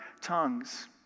tongues